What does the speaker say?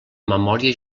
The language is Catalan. memòria